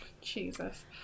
Jesus